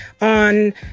on